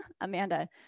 Amanda